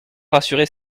rassurer